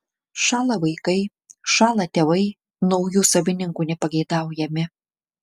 šąla vaikai šąla tėvai naujų savininkų nepageidaujami